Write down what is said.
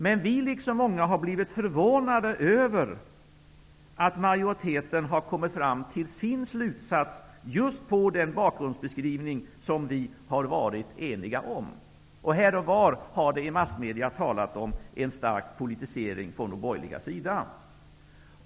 Men vi liksom många andra har blivit förvånade över att majoriteten har kommit fram till sin slutsats just mot den bakgrundsbeskrivning som vi har varit eniga om. Här och var i massmedierna har det talats om en stark politisering från den borgerliga sidan.